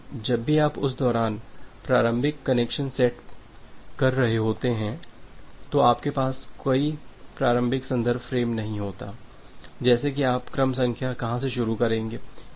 लेकिन जब भी आप उस दौरान प्रारंभिक कनेक्शन सेट कर रहे होते हैं तो आपके पास कोई प्रारंभिक संदर्भ फ़्रेम नहीं होता है जैसे कि आप क्रम संख्या कहाँ से शुरू करेंगे